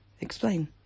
explain